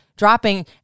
dropping